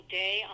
day